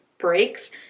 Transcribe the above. breaks